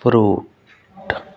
fruit